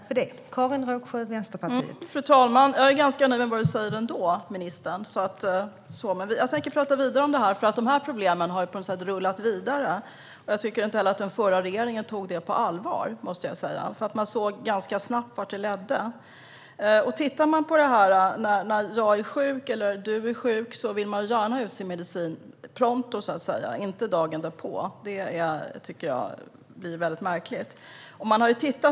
Fru talman! Jag är ganska nöjd med vad ministern säger, men jag tänker prata vidare om det här. Problemen har på något sätt rullat vidare. Jag tycker inte att den förra regeringen tog detta på allvar. Man såg ganska snabbt vart det ledde. När man är sjuk vill man gärna ha ut sin medicin pronto, så att säga, inte dagen därpå, vilket blir väldigt märkligt.